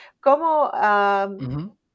¿cómo